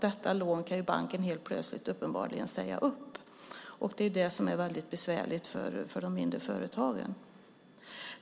Detta lån kan banken uppenbarligen helt plötsligt säga upp. Det är mycket besvärligt för mindre företag.